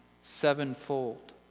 sevenfold